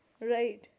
Right